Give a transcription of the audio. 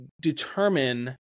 determine